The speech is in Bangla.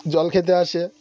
জল খেতে আসে